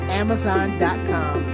amazon.com